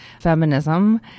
feminism